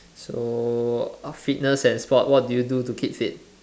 so uh fitness and sport what do you do to keep fit